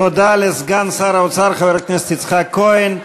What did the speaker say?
תודה לסגן שר האוצר חבר הכנסת יצחק כהן.